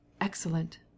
Excellent